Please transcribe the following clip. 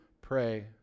Pray